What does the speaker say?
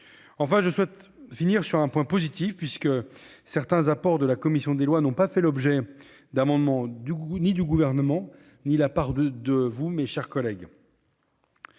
Enfin, je souhaite finir sur des points positifs, puisque certains apports de la commission des lois n'ont pas fait l'objet d'amendements ni du Gouvernement ni de votre part, mes chers collègues.